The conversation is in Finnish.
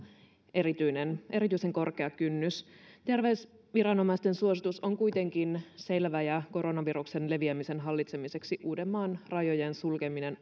erityisen erityisen korkea kynnys terveysviranomaisten suositus on kuitenkin selvä ja koronaviruksen leviämisen hallitsemiseksi uudenmaan rajojen sulkeminen